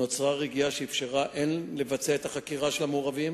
נוצרה רגיעה שאפשרה לבצע את החקירה של המעורבים